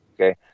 Okay